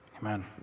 Amen